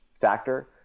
factor